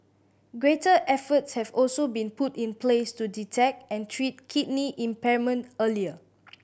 greater efforts have also been put in place to detect and treat kidney impairment earlier